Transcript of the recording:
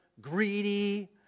greedy